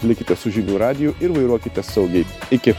likite su žinių radiju ir vairuokite saugiai iki